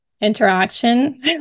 interaction